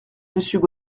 monsieur